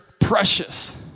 precious